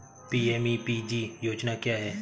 PMEPG योजना क्या है?